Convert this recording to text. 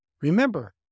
Remember